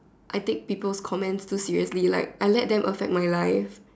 I take people's comments too seriously like I let them affect my life